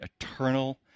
eternal